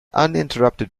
uninterrupted